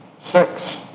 Six